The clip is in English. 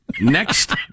Next